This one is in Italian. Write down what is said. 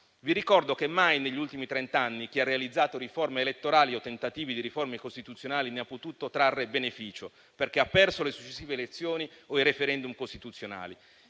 vi ricordo che mai negli ultimi trent'anni chi ha realizzato riforme o tentativi di riforme costituzionali ne ha potuto trarre beneficio, perché ha perso le successive elezioni o i *referendum* costituzionali.